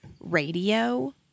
radio